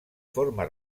forma